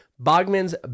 Bogman's